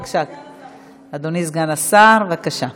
אדוני סגן השר, בבקשה.